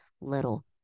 little